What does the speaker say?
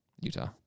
Utah